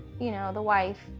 you know, the wife,